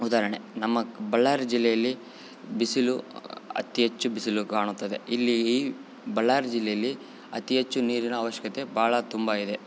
ಉದಾಹರಣೆ ನಮ್ಮ ಬಳ್ಳಾರಿ ಜಿಲ್ಲೆಯಲ್ಲಿ ಬಿಸಿಲು ಅತೀ ಹೆಚ್ಚು ಬಿಸಿಲು ಕಾಣುತ್ತದೆ ಇಲ್ಲಿ ಈ ಬಳ್ಳಾರಿ ಜಿಲ್ಲೆಯಲ್ಲಿ ಅತೀ ಹೆಚ್ಚು ನೀರಿನ ಅವಶ್ಯಕತೆ ಭಾಳ ತುಂಬ ಇದೆ